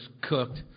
cooked